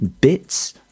bits